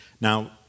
Now